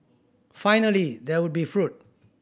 finally there would be fruit